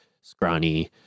scrawny